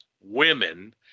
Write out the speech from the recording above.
women